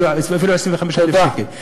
אפילו 25,000 שקל.